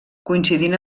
coincidint